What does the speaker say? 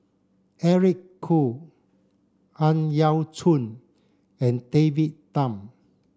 Eric Khoo Ang Yau Choon and David Tham